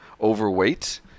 overweight